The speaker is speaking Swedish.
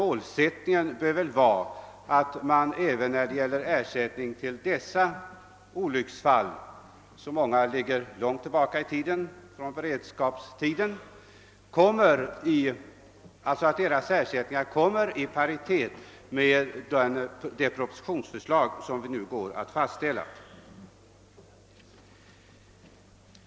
Målsättningen bör vara att ersättningarna för dessa olycksfall, av vilka många inträffade redan under beredskapstiden, kommer i paritet med det förslag i propositionen som vi nu går att besluta om.